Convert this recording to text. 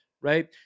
right